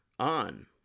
on